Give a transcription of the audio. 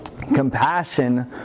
Compassion